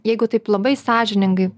jeigu taip labai sąžiningai